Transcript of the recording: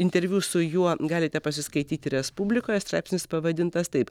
interviu su juo galite pasiskaityti respublikoje straipsnis pavadintas taip